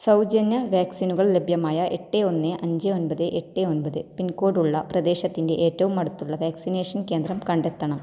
സൗജന്യ വാക്സിനുകൾ ലഭ്യമായ എട്ട് ഒന്ന് അഞ്ച് ഒൻപത് എട്ട് ഒൻപത് പിൻകോഡുള്ള പ്രദേശത്തിൻ്റെ ഏറ്റവും അടുത്തുള്ള വാക്സിനേഷൻ കേന്ദ്രം കണ്ടെത്തണം